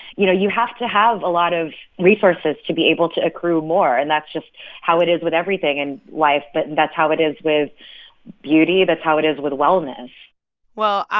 you know? you have to have a lot of resources to be able to accrue more, and that's just how it is with everything in life. but and that's how it is with beauty. that's how it is with wellness well,